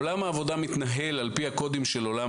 עולם העבודה מתנהל על פי הקודים של עולם